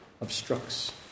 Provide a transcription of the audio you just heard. obstructs